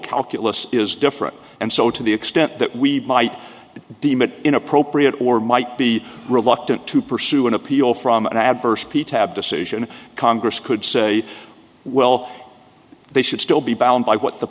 calculus is different and so to the extent that we might deem it inappropriate or might be reluctant to pursue an appeal from an adverse p tabb decision congress could say well they should still be bound by what the